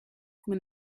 when